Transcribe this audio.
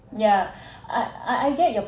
yeah I I get your